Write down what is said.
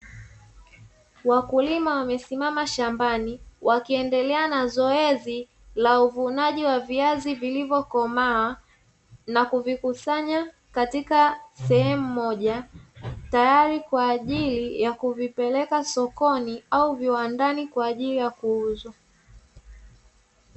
Wakulima wamesimama shambani wakiendelea na zoezi la uvunaji wa viazi vilivyokomaa, na kuvikusanya katika sehemu moja tayari kwa ajili ya kuvipeleka sokoni au viwandani kwa ajili ya kuuzwa.